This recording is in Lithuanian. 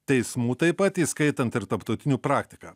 teismų taip pat įskaitant ir tarptautinių praktiką